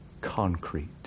concrete